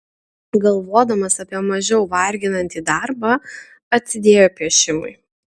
galvodamas apie mažiau varginantį darbą atsidėjo piešimui